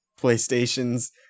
Playstations